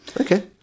Okay